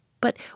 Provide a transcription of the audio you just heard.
But